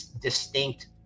distinct